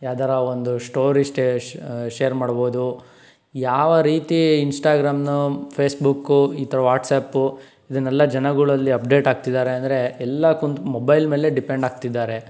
ಯಾರ ಒಂದು ಸ್ಟೋರಿ ಸ್ಟೇಶ್ ಶೇರ್ ಮಾಡ್ಬೋದು ಯಾವ ರೀತಿ ಇನ್ಸ್ಟಾಗ್ರಾಮ್ನು ಫೇಸ್ಬುಕ್ ಇಂಥ ವಾಟ್ಸ್ಯಾಪ್ ಇದನ್ನೆಲ್ಲ ಜನಗಳಲ್ಲಿ ಅಪ್ಡೇಟ್ ಆಗ್ತಿದ್ದಾರೆ ಅಂದರೆ ಎಲ್ಲ ಕೂತು ಮೊಬೈಲ್ ಮೇಲೆ ಡಿಪೆಂಡ್ ಆಗ್ತಿದ್ದಾರೆ